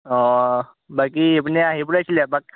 অ বাকী এইপিনে আহিব লাগিছিলে এপাক